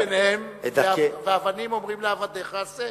תבן אין ואבנים אומרים לעבדיך עשה.